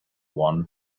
one